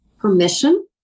permission